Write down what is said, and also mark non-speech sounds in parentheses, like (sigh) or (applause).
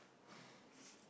(breath)